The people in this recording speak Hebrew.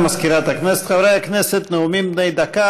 אברהם נגוסה ושולי מועלם-רפאלי,